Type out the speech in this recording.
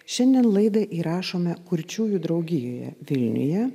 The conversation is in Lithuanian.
šiandien laidą įrašome kurčiųjų draugijoje vilniuje